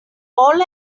all